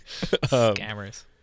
Scammers